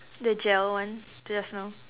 the gel one just now